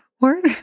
Word